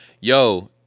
yo